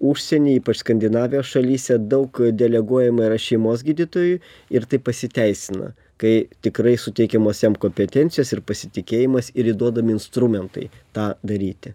užsieny ypač skandinavijos šalyse daug deleguojama yra šeimos gydytojui ir tai pasiteisina kai tikrai suteikiamos jam kompetencijas ir pasitikėjimas ir įduodami instrumentai tą daryti